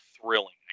thrilling